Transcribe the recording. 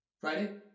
Friday